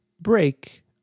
break